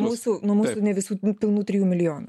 mūsų nuo mūsų ne visų pilnų trijų milijonų